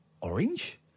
orange